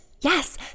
Yes